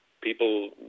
people